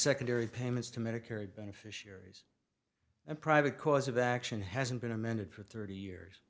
secondary payments to medicare beneficiaries and private cause of action hasn't been amended for thirty years